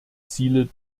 ziele